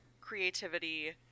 creativity